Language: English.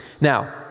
Now